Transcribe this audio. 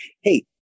Hey